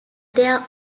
their